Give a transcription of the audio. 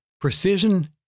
precision